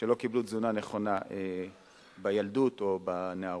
שלא קיבלו תזונה נכונה בילדות או בנערות.